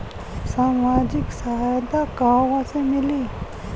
सामाजिक सहायता कहवा से मिली?